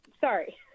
sorry